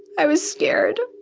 i was scared.